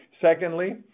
Secondly